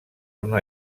una